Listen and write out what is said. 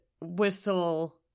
whistle